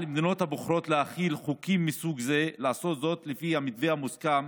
על מדינה הבוחרת להחיל חוקים מסוג זה לעשות זאת לפי המתווה המוסכם